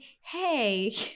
hey